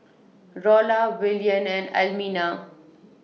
Rolla Willian and Almina